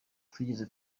twigeze